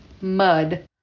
mud